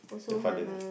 the father